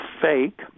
fake